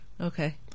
Okay